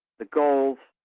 the goals,